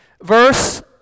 Verse